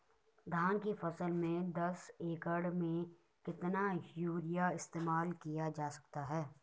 धान की फसल में दस एकड़ में कितना यूरिया इस्तेमाल किया जा सकता है?